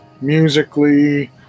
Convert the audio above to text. musically